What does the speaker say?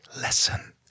lesson